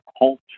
culture